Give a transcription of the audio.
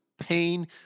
pain